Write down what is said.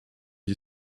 you